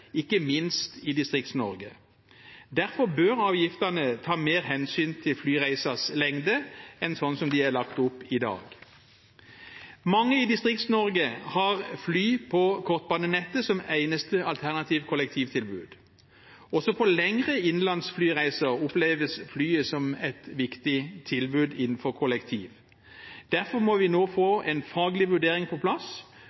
ikke minst i Distrikts-Norge. Derfor bør avgiftene ta mer hensyn til flyreisens lengde enn slik de er lagt opp i dag. Mange i Distrikts-Norge har fly på kortbanenettet som eneste alternative kollektivtilbud. Også på lengre innenlands flyreiser oppleves flyet som et viktig tilbud innenfor kollektiv. Derfor må vi nå